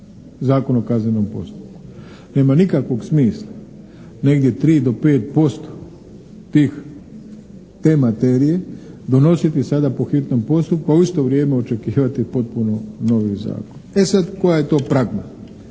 Zakon o kaznenom postupku. Nema nikakvog smisla, negdje 3 do 5% tih, te materije donositi sada po hitnom postupku a u isto vrijeme očekivati potpuno novi zakon. E sad, koja je to pragma.